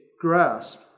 grasp